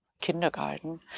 kindergarten